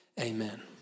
amen